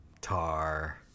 Tar